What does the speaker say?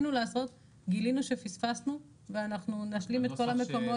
גילינו שפספסנו ואנחנו נשלים את כל המקומות